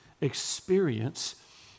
experience